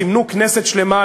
זימנו כנסת שלמה,